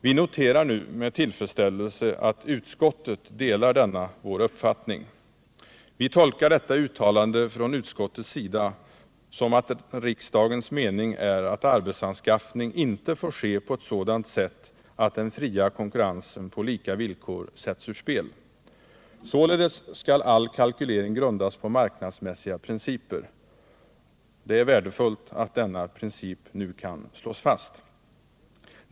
Vi noterar nu med tillfredsställelse att utskottet delar denna vår uppfattning. Vi tolkar uttalandet från utskottets sida så att riksdagens mening är att arbetsanskaffning inte får ske på ett sådant sätt att den fria konkurrensen på lika villkor sätts ur spel. Således skall all kalkylering grundas på marknadsmässiga principer. Det är värdefullt att denna princip nu kan slås fast!